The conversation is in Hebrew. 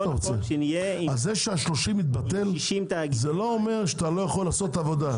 זה שה-30 מתבטל לא אומר שאתה לא יכול לצמצם עבודה.